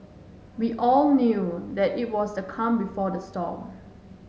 we all knew that it was the calm before the storm